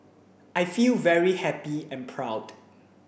I feel very happy and proud